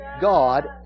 God